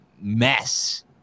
mess